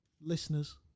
listeners